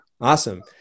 Awesome